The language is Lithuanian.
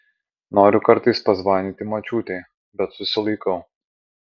noriu kartais pazvanyti močiutei bet susilaikau